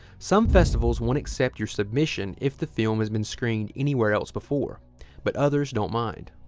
some festivals won't accept your submission if the film has been screened anywhere else before but others don't mind